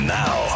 now